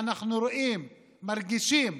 אנחנו רואים, מרגישים,